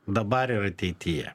dabar ir ateityje